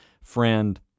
friend